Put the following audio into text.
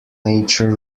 nature